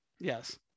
Yes